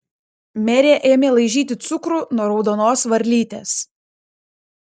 merė ėmė laižyti cukrų nuo raudonos varlytės